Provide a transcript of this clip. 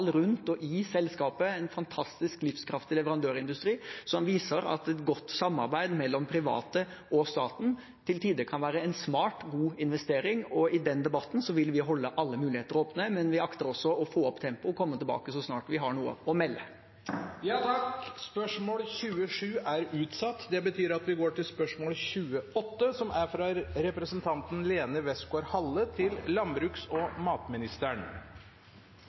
rundt og i selskapet – en fantastisk livskraftig leverandørindustri, som viser at et godt samarbeid mellom private og staten til tider kan være en smart, god investering. I den debatten vil vi holde alle muligheter åpne, men vi akter også å få opp tempoet og komme tilbake så snart vi har noe å melde. Dette spørsmålet utsettes til neste spørretime. «Metan er en 28 ganger sterkere klimagass enn CO 2 . Derfor er det gledelig å se at regjeringen nå har forpliktet seg til